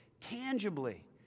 tangibly